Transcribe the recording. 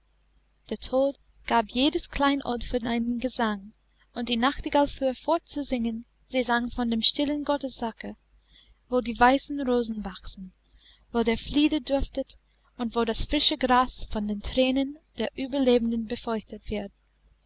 der tod gab jedes kleinod für einen gesang und die nachtigall fuhr fort zu singen sie sang von dem stillen gottesacker wo die weißen rosen wachsen wo der flieder duftet und wo das frische gras von den thränen der überlebenden befeuchtet wird